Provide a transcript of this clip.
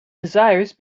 desires